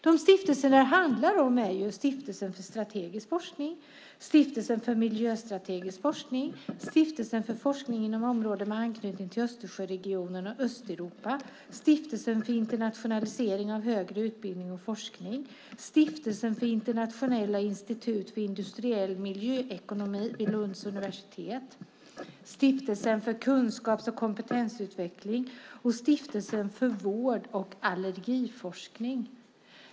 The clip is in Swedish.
De stiftelser som det handlar om är Stiftelsen för Strategisk Forskning, Stiftelsen för Miljöstrategisk forskning, Stiftelsen för forskning inom områden med anknytning till Östersjöregionen och Östeuropa, Stiftelsen för internationalisering av högre utbildning och forskning, Stiftelsen för Internationella institutet för industriell miljöekonomi vid Lunds universitet, Stiftelsen för Kunskaps och Kompetensutveckling och Stiftelsen för vård och allergiforskning.